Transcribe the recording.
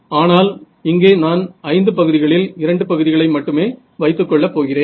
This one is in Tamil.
ஆனால் இங்கே நான் ஐந்து பகுதிகளில் இரண்டு பகுதிகளை மட்டுமே வைத்துக் கொள்ளப் போகிறேன்